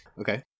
Okay